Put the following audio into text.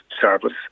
service